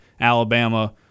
Alabama